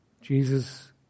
Jesus